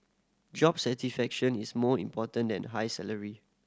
job satisfaction is more important than high salary